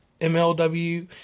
MLW